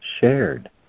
shared